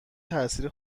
تأثیر